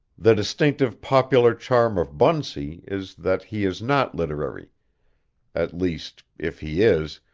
the distinctive popular charm of bunsey is that he is not literary at least, if he is,